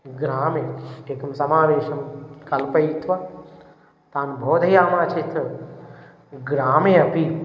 ग्रामे एकं समावेशं कल्पयित्वा तां बोधयामः चेत् ग्रामे अपि